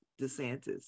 DeSantis